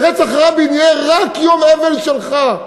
שרצח רבין יהיה רק יום אבל שלך,